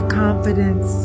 confidence